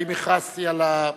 האם הכרזתי על,